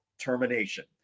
termination